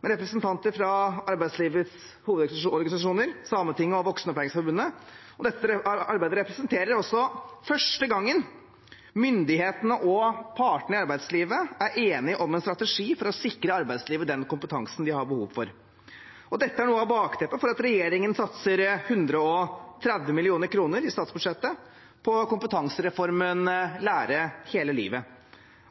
med representanter fra arbeidslivets hovedorganisasjoner, Sametinget og Voksenopplæringsforbundet. Dette arbeidet representerer også at det er første gang myndighetene og partene i arbeidslivet er enige om en strategi for å sikre arbeidslivet den kompetansen de har behov for. Dette er noe av bakteppet for at regjeringen i statsbudsjettet satser 130 mill. kr på kompetansereformen Lære hele livet.